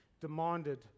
demanded